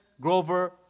Grover